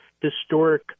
historic